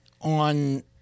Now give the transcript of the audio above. on